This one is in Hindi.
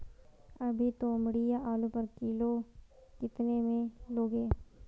अभी तोमड़िया आलू पर किलो कितने में लोगे?